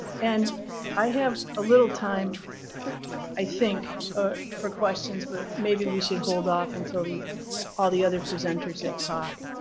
and i have a little time i think for questions, but maybe we should hold off until the all the other presenters have talked.